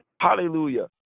Hallelujah